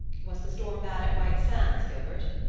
was the storm bad at white sands, gilbert?